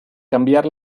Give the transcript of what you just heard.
cambiar